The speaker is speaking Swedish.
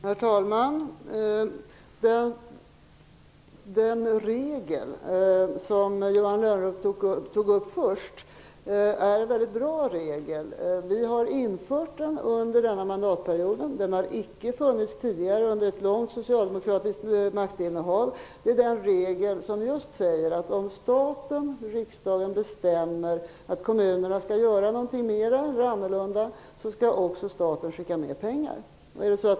Herr talman! Den regel som Johan Lönnroth tog upp först är en väldigt bra regel. Vi har infört den under denna mandatperiod. Den har icke funnits tidigare under ett långt socialdemokratiskt maktinnehav. Det är en regel som just säger att om staten, riksdagen, bestämmer att kommunerna skall göra något ytterligare eller annorlunda, skall staten också skicka mer pengar.